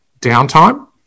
downtime